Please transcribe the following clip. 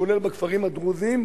כולל בכפרים הדרוזיים,